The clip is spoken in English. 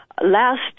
last